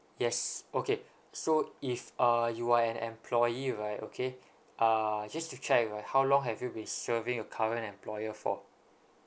yes okay so if uh you are an employee right okay uh just to check right how long have you been serving your current employer for